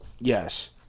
yes